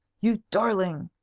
you darling!